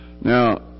Now